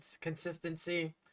consistency